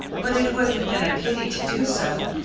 but it would have been a pity to do so,